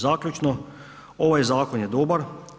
Zaključno, ovaj zakon je dobar.